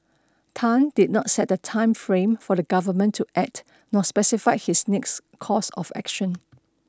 Tan did not set a time frame for the government to act nor specified his next course of action